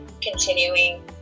continuing